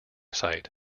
site